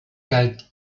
galt